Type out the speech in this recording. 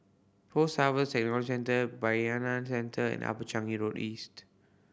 Post Harvest Technology Centre Bayanihan Centre and Upper Changi Road East